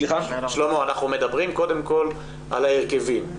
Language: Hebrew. שלמה, אנחנו מדברים קודם כל על ההרכבים.